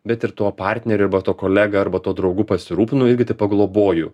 bet ir tuo partneriu arba tuo kolega arba tuo draugu pasirūpinu irgi taip pagloboju